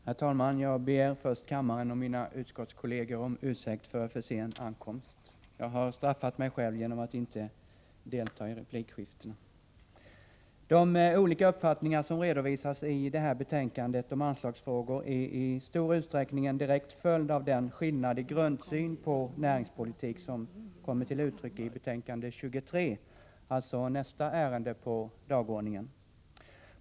Herr talman! Jag ber först kammaren och mina utskottskolleger om ursäkt för min sena ankomst. Jag har straffat mig själv genom att inte delta i replikskiftena. De olika uppfattningar som redovisas i detta betänkande om anslagsfrågor är i stor utsträckning en direkt följd av den skillnad i grundsyn på näringspolitik som kommer till uttryck i betänkande 23, nästa ärende på dagordningen.